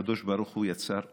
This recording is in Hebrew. הקדוש ברוך הוא יצר אותם,